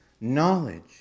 knowledge